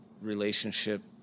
relationship